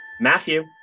Matthew